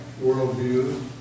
worldview